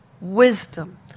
wisdom